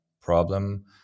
problem